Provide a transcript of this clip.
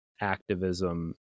activism